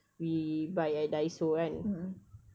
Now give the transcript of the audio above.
we buy at daiso kan